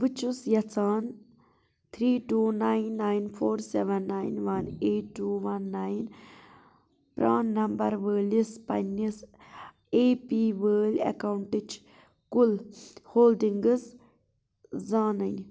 بہٕ چھُس یَژھان three two nine nine four seven nine one eight two one nine PAN number وٲلِس پنٕنِس اےٚ پی وٲلۍ اَکاؤنٹٕچ کُل ہولڈنٛگٕز زانٕنۍ